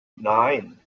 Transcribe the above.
nine